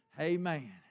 Amen